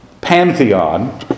pantheon